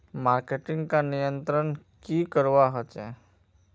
Marketing का नियंत्रण की करवा होचे?